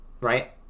right